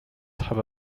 have